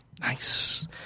Nice